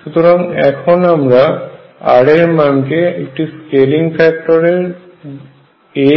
সুতরাং এখন আমরা r এর মানকে একটি স্কেলিং ফ্যাক্টর a